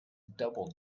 double